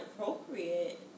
appropriate